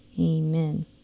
Amen